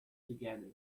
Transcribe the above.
together